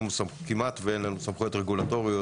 כמעט אין לנו סמכויות רגולטוריות,